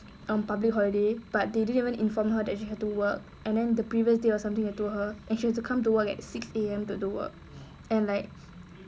on public holiday but they didn't even informed her that she had to work and then the previous day or something they told her and she has to come to work at six A_M to do work and like